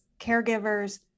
caregivers